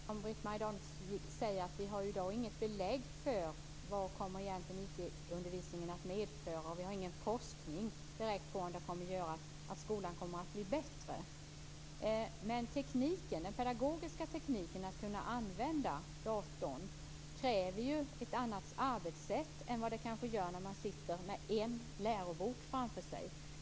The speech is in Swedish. Fru talman! Det är helt riktigt som Britt-Marie Danestig säger. Vi har i dag inget belägg för vad IT undervisningen kommer att medföra. Det finns ingen forskning kring om IT kommer att göra att skolan blir bättre. Men IT kräver en annan pedagogik och ett annat arbetssätt än vad man kanske tillämpar när man sitter med en lärobok framför sig.